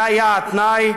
זה היה התנאי.